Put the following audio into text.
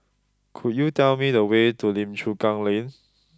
could you tell me the way to Lim Chu Kang Lane